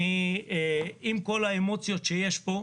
עם כל האמוציות שיש פה,